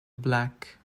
black